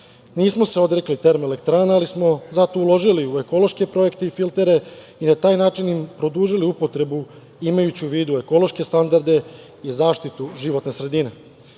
Nismo se odrekli termoelektrana, ali smo zato uložili u ekološke projekte i filtere i na taj način im produžili upotrebu imajući u vidu ekološke standarde i zaštitu životne sredine,